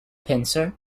pincer